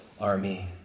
army